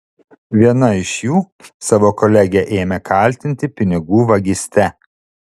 viena iš jų savo kolegę ėmė kaltinti pinigų vagyste